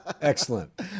Excellent